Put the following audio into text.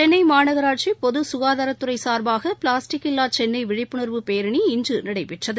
சென்னை மாநகராட்சி பொது சுகாதாரத்துறை சார்பாக பிளாஸ்டிக் இல்லா சென்னை விழிப்புணர்வு பேரணி இன்று நடைபெற்றது